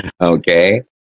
Okay